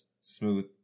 smooth